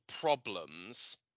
problems